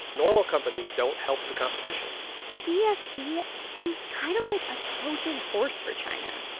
normal companies don't help the competition cefc seems kind of like a trojan horse for china.